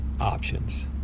options